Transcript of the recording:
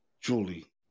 Julie